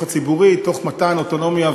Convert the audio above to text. בסוף תשתכנע.